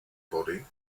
body